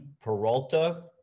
Peralta